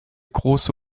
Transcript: große